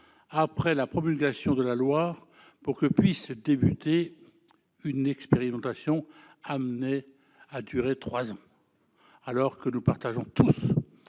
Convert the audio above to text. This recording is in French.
après la promulgation de la loi pour que puisse commencer une expérimentation amenée à durer trois ans, alors que nous partageons tous